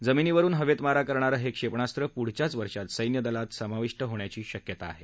जमिनीवरून हवेत मारा करणारं हे क्षेपणास्त्र प्ढच्याच वर्षात सैन्यदलात समाविष्ट होण्याची शक्यता आहे